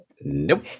Nope